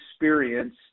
experience